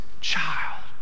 child